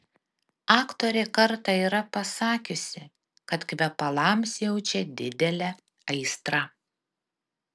aktorė kartą yra pasakiusi kad kvepalams jaučia didelę aistrą